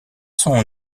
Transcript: sont